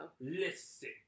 Listen